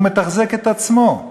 הוא מתחזק את עצמו,